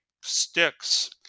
sticks